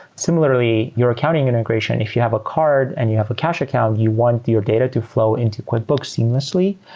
similarly, your accounting integration, if you have a card and you have a cash account, you want your data to flow into quickbooks seamlessly.